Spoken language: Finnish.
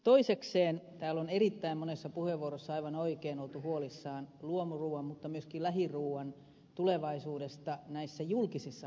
toisekseen täällä on erittäin monessa puheenvuorossa aivan oikein oltu huolissaan luomuruuan mutta myöskin lähiruuan tulevaisuudesta julkisissa hankinnoissa